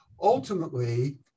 Ultimately